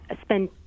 spend